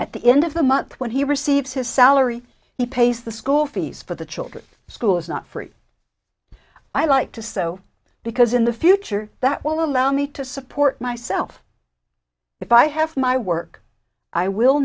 at the end of the month when he receives his salary he pays the school fees for the children school is not free i like to sew because in the future that will allow me to support myself if i have my work i will